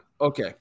okay